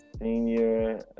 senior